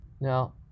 Now